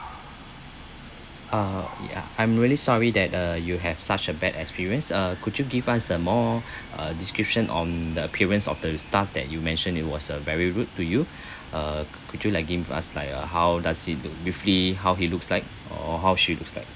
uh ya I'm really sorry that uh you have such a bad experience uh could you give us uh more uh description on the appearance of the staff that you mention it was a very rude to you uh could you like give us like uh how does he look briefly how he looks like or how she looks like